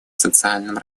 социальном